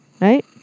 right